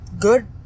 good